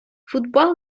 футбол